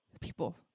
people